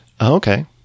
Okay